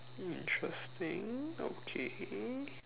interesting okay